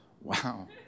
Wow